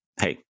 hey